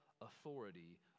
authority